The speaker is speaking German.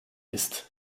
ist